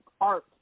art